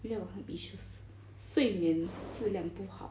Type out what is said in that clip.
maybe I got some issues 睡眠质量不好